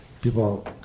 people